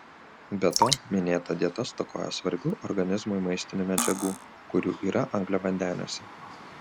be to minėta dieta stokoja svarbių organizmui maistinių medžiagų kurių yra angliavandeniuose